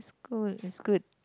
good is good